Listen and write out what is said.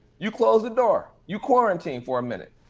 you close the door, you quarantine for a minute.